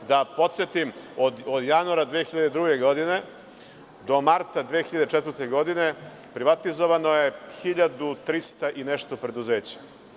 Da podsetim od januara 2002. godine do marta 2004. godine, privatizovano je 1.300 i nešto preduzeća.